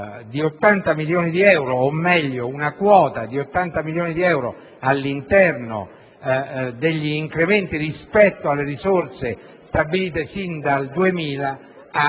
di 80 milioni di euro, o meglio, una quota di 80 milioni di euro all'interno degli incrementi rispetto alle risorse stabilite sin dal 2000 a